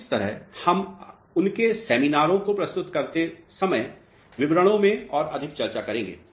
इस तरह हम उनके सेमिनारों को प्रस्तुत करते समय विवरणों में और अधिक चर्चा करेंगे